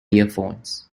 earphones